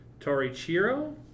Torichiro